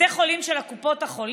בתי חולים של קופות חולים